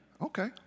Okay